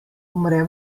umre